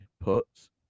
puts